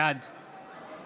בעד